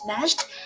best